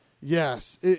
Yes